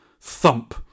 thump